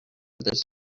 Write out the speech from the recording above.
this